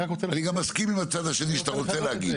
ואני גם מסכים עם הצד השני שאתה רוצה להגיד.